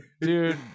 dude